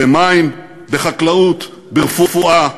במים, בחקלאות, ברפואה,